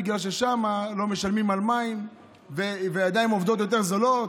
בגלל ששם לא משלמים על מים ויש ידיים עובדות יותר זולות.